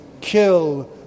kill